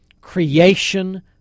creation